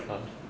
!huh!